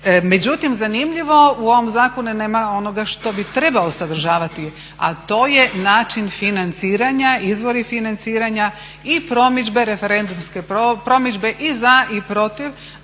Međutim, zanimljivo u ovoj zakonu nema onoga što bi trebao sadržavati, a to je način financiranja, izvori financiranja i promidžbe i referendumske promidžbe i za i protiv